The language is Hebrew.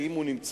אם הוא נמצא,